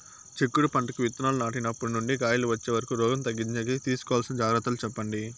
చిక్కుడు పంటకు విత్తనాలు నాటినప్పటి నుండి కాయలు వచ్చే వరకు రోగం తగ్గించేకి తీసుకోవాల్సిన జాగ్రత్తలు చెప్పండి?